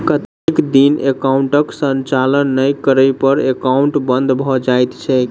कतेक दिन एकाउंटक संचालन नहि करै पर एकाउन्ट बन्द भऽ जाइत छैक?